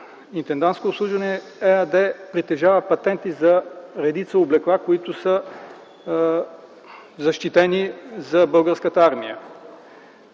„Интендантско обслужване” ЕАД притежава патенти за редица облекла, които са защитени за Българската армия.